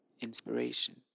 inspiration